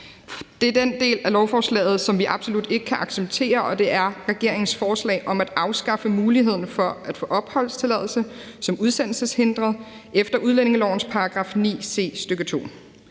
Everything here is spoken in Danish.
Det er den del af lovforslaget, som vi absolut ikke kan acceptere, og det er regeringens forslag om at afskaffe muligheden for at få opholdstilladelse som udsendelseshindret efter udlændingelovens § 9 c, stk. 2.